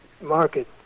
market